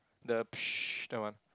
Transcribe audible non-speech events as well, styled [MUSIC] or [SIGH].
the [NOISE] that one